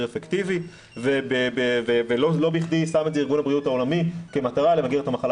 אפקטיבי ולא בכדי שם את זה ארגון הבריאות העולמי כמטרה למגר את המחלה